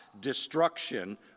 destruction